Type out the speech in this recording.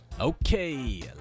Okay